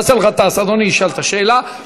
באסל גטאס, אדוני ישאל את השאלה.